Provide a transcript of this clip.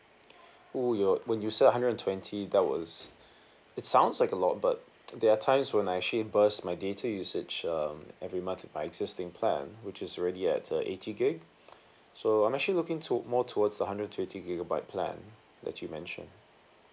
oh you're when you say a hundred and twenty that was it sounds like a lot but there are times when I actually burst my data usage um every month my existing plan which is already at uh eighty gig so I'm actually looking to more towards a hundred and twenty gigabyte plan that you mentioned